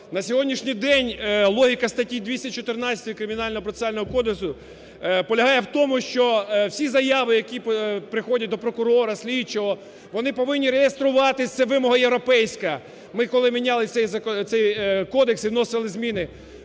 На сьогоднішній день логіка статті 214 Кримінально-процесуального кодексу полягає в тому, що всі заяви, які приходять до прокурора, слідчого, вони повинні реєструватись – це вимога європейська. Ми, коли міняли цей кодекс і вносити зміни,